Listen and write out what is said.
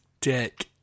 dick